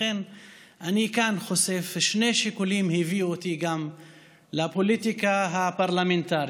לכן אני חושף כאן: שני שיקולים הביאו אותי גם לפוליטיקה הפרלמנטרית: